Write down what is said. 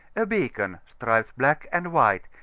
a beacon, striped black-and-white,